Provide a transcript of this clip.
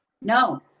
No